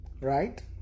right